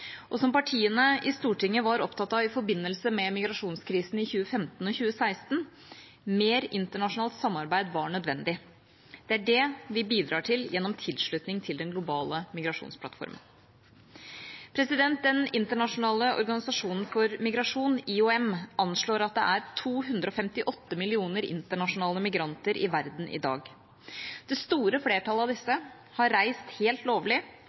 løsninger. Som partiene i Stortinget var opptatt av i forbindelse med migrasjonskrisen i 2015/2016: Mer internasjonalt samarbeid var nødvendig. Det er det vi bidrar til gjennom tilslutningen til den globale migrasjonsplattformen. Den internasjonale organisasjonen for migrasjon, IOM, anslår at det er 258 millioner internasjonale migranter i verden i dag. Det store flertallet av disse har reist helt lovlig,